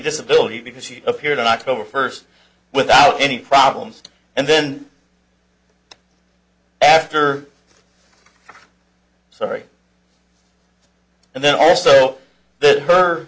disability because she appeared on october first without any problems and then after sorry and then also that her